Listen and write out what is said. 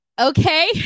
Okay